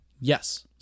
Yes